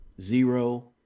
zero